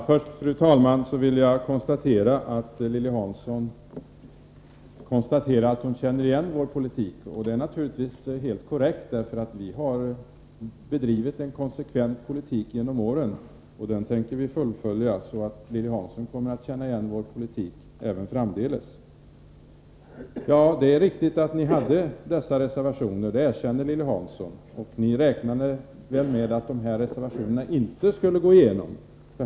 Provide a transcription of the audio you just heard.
Fru talman! Lilly Hansson konstaterar att hon känner igen vår politik, och det är naturligtvis helt korrekt. Vi har nämligen bedrivit en konsekvent politik genom åren, och den tänker vi fullfölja, så Lilly Hansson kommer att känna igen vår politik även framdeles. Det är riktigt att ni hade dessa reservationer — det erkände Lilly Hansson — och ni räknade väl med att de inte skulle gå igenom.